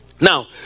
Now